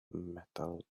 metal